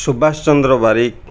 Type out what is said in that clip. Subhash Chandra Barik